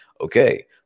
okay